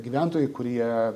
gyventojai kurie